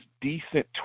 decent